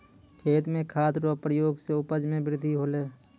खेत मे खाद रो प्रयोग से उपज मे बृद्धि होलै